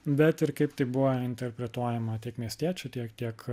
bet ir kaip tai buvo interpretuojama tiek miestiečių tiek kiek